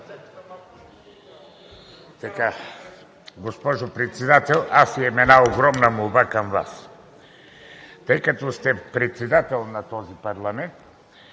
Госпожо Председател, аз имам една огромна молба към Вас, тъй като сте председател на този парламент.